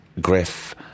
Griff